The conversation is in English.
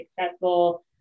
successful